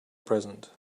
present